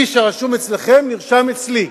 איש הרשום אצלכם נרשם אצלי.